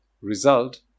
result